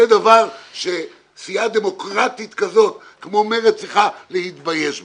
זה דבר שסיעה דמוקרטית כזו כמו מרצ צריכה להתבייש בו.